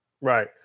Right